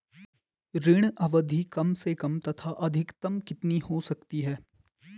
ऋण अवधि कम से कम तथा अधिकतम कितनी हो सकती है?